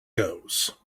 goes